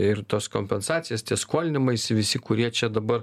ir tos kompensacijos tie skolinimaisi visi kurie čia dabar